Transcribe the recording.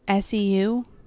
SEU